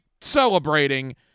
celebrating